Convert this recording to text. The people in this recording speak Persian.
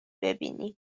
ببینیم